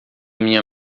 minha